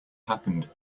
happened